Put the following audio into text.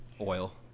Oil